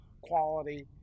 quality